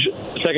second